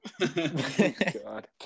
God